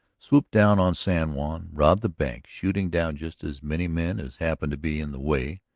swoop down on san juan, rob the bank, shooting down just as many men as happen to be in the way,